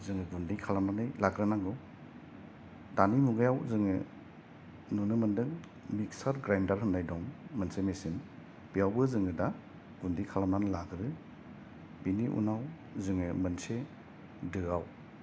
जों गुन्दै खालामनानै लागोरनांगौ दानि मुगायाव जोङो नुनो मोनदों मिगसार ग्रेनदार होननाय दं मोनसे मेसिन बेवबो जोङो दा गुन्दै खालामना लागोरयो बेनि उनाव जोङो मोनसे दो आव